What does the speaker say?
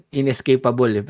inescapable